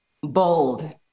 Bold